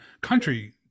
country